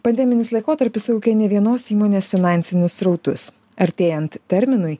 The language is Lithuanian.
pandeminis laikotarpis sujaukė ne vienos įmonės finansinius srautus artėjant terminui